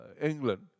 England